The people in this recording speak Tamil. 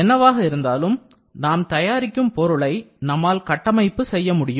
என்னவாக இருந்தாலும் நாம் தயாரிக்கும் பொருளை நம்மால் கட்டமைப்பு செய்ய முடியும்